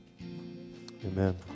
Amen